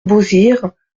beauzire